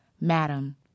Madam